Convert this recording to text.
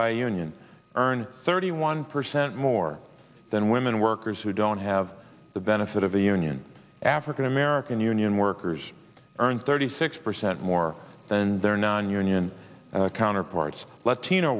a union earned thirty one percent more than women workers who don't have the benefit of a union african american union workers earn thirty six percent more than their nonunion counterparts latino